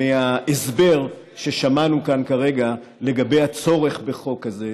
מההסבר ששמענו כאן כרגע לגבי הצורך בחוק כזה.